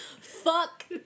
Fuck